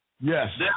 Yes